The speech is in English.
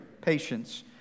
patience